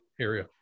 area